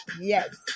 Yes